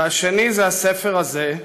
והשני זה הספר הזה,